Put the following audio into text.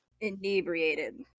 inebriated